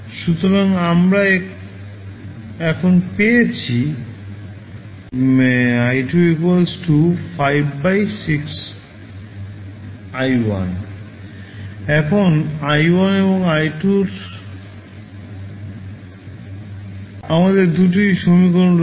সুতরাং আমরা এখন পেয়েছি যে i2 5 6i1 এখন i1 এবং i2 এর হিসেবে আমাদের দুটি সমীকরণ রয়েছে